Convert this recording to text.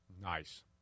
Nice